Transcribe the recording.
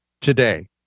today